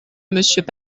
monsieur